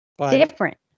different